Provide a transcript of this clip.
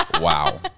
wow